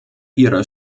ihrer